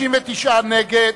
59 נגד,